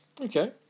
Okay